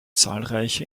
zahlreiche